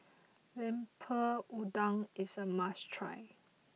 Lemper Udang is a must try